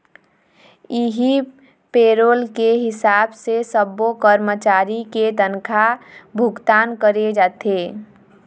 इहीं पेरोल के हिसाब से सब्बो करमचारी के तनखा भुगतान करे जाथे